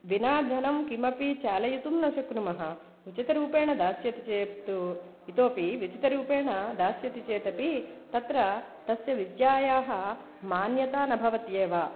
विना धनं किमपि चालयितुं न शक्नुमः उचितरूपेण दास्यति चेत्त् इतोऽपि उचितरूपेण दास्यति चेतपि तत्र तस्य विद्यायाः मान्यता न भवत्येव